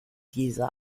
diese